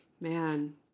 man